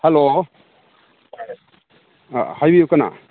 hello ꯑ ꯍꯥꯏꯕꯤꯌꯨ ꯀꯅꯥ